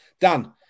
Dan